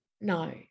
No